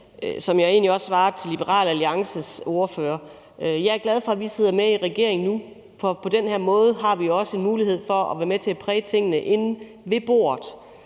som jeg egentlig også svarede Liberal Alliances ordfører – at jeg er glad for, at vi sidder med i regering nu, for på den her måde har vi også en mulighed for at være med til at præge tingene inde ved bordet.